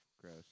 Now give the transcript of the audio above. Gross